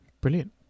Brilliant